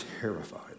terrified